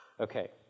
Okay